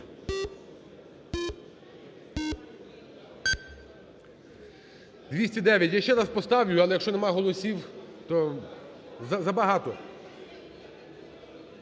209. Я ще раз поставлю, але, якщо немає голосів, то забагато…